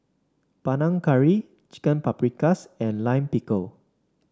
Panang Curry Chicken Paprikas and Lime Pickle